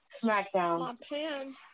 Smackdown